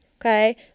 okay